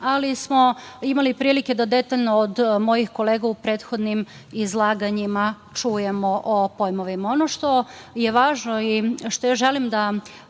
ali smo imali prilike da detaljno od mojih kolega u prethodnim izlaganjima čujemo o pojmovima. Ono što je važno i što želim da